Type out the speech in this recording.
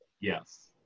Yes